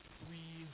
three